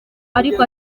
ariko